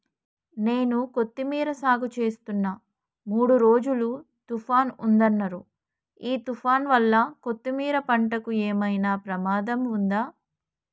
నేను కొత్తిమీర సాగుచేస్తున్న మూడు రోజులు తుఫాన్ ఉందన్నరు ఈ తుఫాన్ వల్ల కొత్తిమీర పంటకు ఏమైనా ప్రమాదం ఉందా?